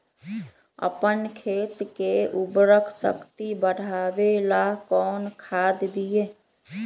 अपन खेत के उर्वरक शक्ति बढावेला कौन खाद दीये?